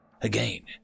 Again